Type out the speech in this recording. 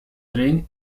tren